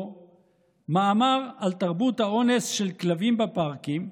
או מאמר על תרבות האונס של כלבים בפארקים,